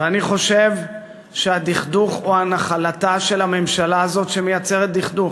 ואני חושב שהדכדוך הוא הנחלתה של הממשלה הזו שמייצרת דכדוך.